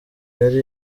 yari